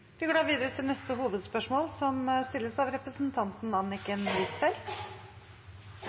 Vi går videre til neste hovedspørsmål.